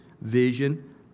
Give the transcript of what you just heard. vision